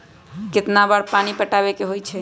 कितना बार पानी पटावे के होई छाई?